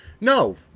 no